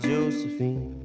Josephine